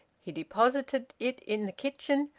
he deposited it in the kitchen,